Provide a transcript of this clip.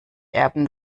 erben